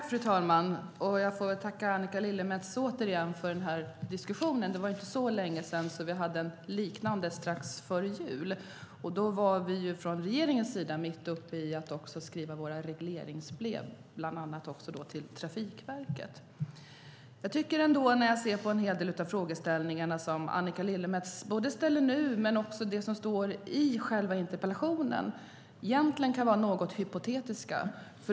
Fru talman! Jag får väl åter tacka Annika Lillemets för diskussionen; det var inte så länge sedan som vi hade en liknande. Det var strax före jul, och då vi från regeringens sida mitt upp i att skriva våra regleringsbrev, bland annat till Trafikverket. Jag ser att de frågor som Annika Lillemets ställer nu och dem som står i själva interpellationen kan vara något hypotetiska.